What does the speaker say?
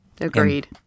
Agreed